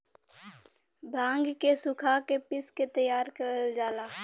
भांग के सुखा के पिस के तैयार करल जाला